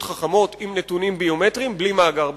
חכמות עם נתונים ביומטריים בלי מאגר ביומטרי?